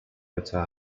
return